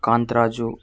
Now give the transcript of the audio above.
Kantharaju